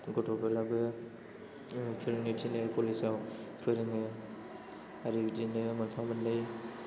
गथ'फोराबो फोरोंनो थिनो कलेजाव फोरोङो आरो बिदिनो मोनफा मोननै